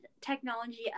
technology